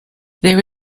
there